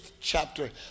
chapter